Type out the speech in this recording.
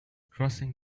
crossing